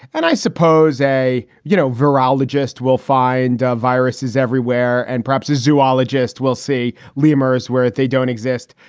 and i suppose a, you know, virologist will find viruses everywhere and perhaps a zoologist will see lemurs where if they don't exist.